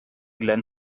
glenn